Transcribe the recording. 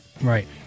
Right